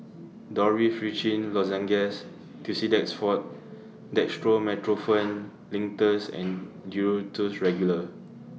Dorithricin Lozenges Tussidex Forte Dextromethorphan Linctus and Duro Tuss Regular